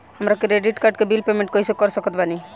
हमार credit card के bill payment कइसे कर सकत बानी?